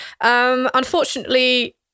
Unfortunately